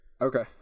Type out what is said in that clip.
Okay